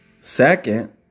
Second